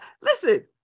listen